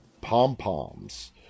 pom-poms